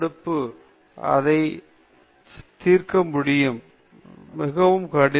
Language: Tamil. நான் இதை தீர்க்க முடியாது மிகவும் கடினம்